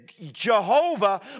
Jehovah